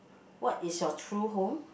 what is your true home